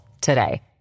today